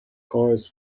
chorus